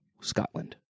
Scotland